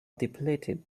depleted